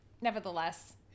nevertheless